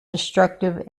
destructive